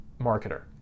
marketer